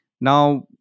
Now